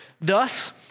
Thus